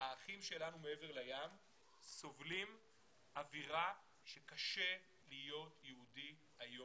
שהאחים שלנו מעבר לים סובלים אווירה שהיום קשה להיות יהודי בתפוצות,